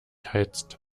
heizt